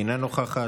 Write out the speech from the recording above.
אינה נוכחת,